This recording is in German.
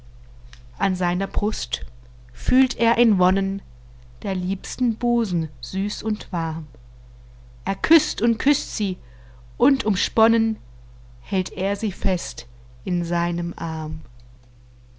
an seiner brust fühlt er in wonnen der liebsten busen süß und warm er küßt und küßt sie und umsponnen hält er sie fest in seinem arm